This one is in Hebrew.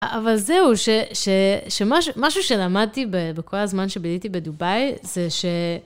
אבל זהו, ש..ש.. שמשהו, משהו שלמדתי בכל הזמן שביליתי בדובאי זה ש...